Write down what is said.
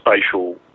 spatial